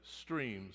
streams